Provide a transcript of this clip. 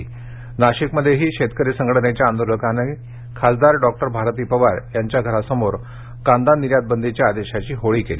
नाशिक नाशिकमध्येही शेतकरी संघटनेच्या आंदोलकांनी खासदार डॉ भारती पवार यांच्या घरासमोर कांदा निर्यात बंदीच्या आदेशाची होळी केली